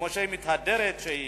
כמו שהיא מתהדרת שהיא